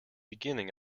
beginning